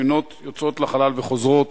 ספינות יוצאות לחלל וחוזרות